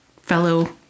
fellow